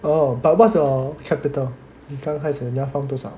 oh but what's your capital 你刚开始你放多少